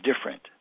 different